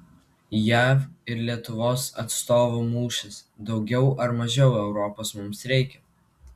jav ir lietuvos atstovų mūšis daugiau ar mažiau europos mums reikia